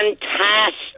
Fantastic